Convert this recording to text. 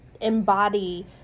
embody